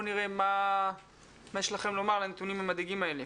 נראה מה יש לכם לומר על הנתונים המדאיגים האלה.